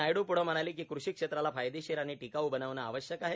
नायडू प्ढे म्हणाले कृषी क्षेत्राला फायदेशीर आणि टिकाऊ बनविणे आवश्यक आहे